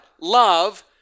Love